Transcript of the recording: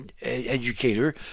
educator